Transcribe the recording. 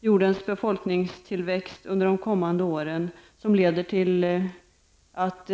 Jordens befolkningstillväxt under de kommande åren leder till att